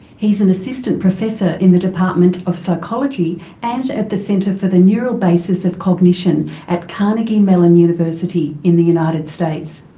he's an assistant professor in the department of psychology and at the centre for the neural basis of cognition at carnegie mellon university in the united states.